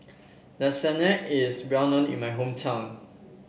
Lasagne is well known in my hometown